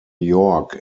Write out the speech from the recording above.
york